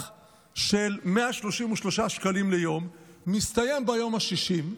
של 133 שקלים ליום מסתיים ביום השישי,